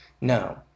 No